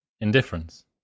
Indifference